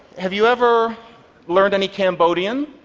have you ever learned any cambodian?